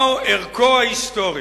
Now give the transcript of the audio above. מהו ערכו ההיסטורי?